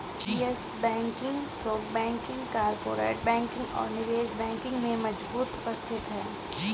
yes Bank की थोक banking, corporate banking और निवेश बैंकिंग में मजबूत उपस्थिति है